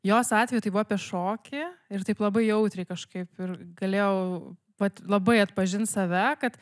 jos atveju tai buvo apie šokį ir taip labai jautriai kažkaip ir galėjau pat labai atpažins save kad